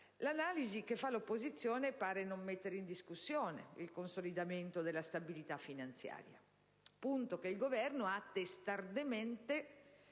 l'analisi che fa l'opposizione pare non mettere in discussione il consolidamento della stabilità finanziaria, punto che il Governo ha testardamente